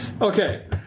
Okay